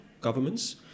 governments